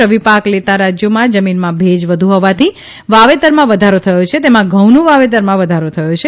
રવીપાક લેતાં રાજ્યોમાં જમીનમાં ભેજ વધુ હોવાથી વાવેતરમાં વધારો થયો છે તેમાં ઘઉંનું વાવેતરમાં વધારોય થયો છે